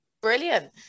Brilliant